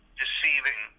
deceiving